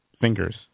fingers